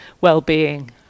well-being